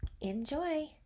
Enjoy